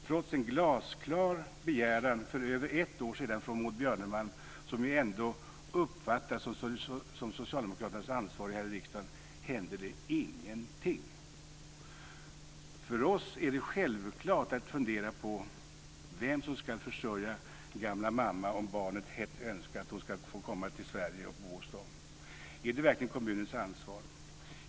Trots en glasklar begäran för över ett år sedan från Maud Björnemalm, som ju ändå uppfattas som socialdemokraternas ansvarige här i riksdagen, händer det ingenting. För oss är det självklart att fundera på vem som ska försörja gamla mamma om barnen hett önskar att hon ska få komma till Sverige och bo hos dem. Är det verkligen kommunens ansvar?